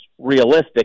realistic